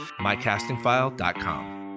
MyCastingFile.com